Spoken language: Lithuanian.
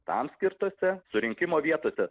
tam skirtose surinkimo vietose